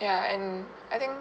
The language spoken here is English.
ya and I think